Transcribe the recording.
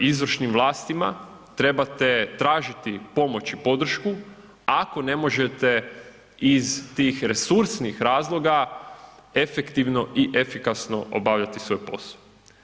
izvršnim vlastima, trebate tražiti pomoć i podršku ako ne možete iz tih resursnih razloga efektivno i efikasno obavljati svoj posao.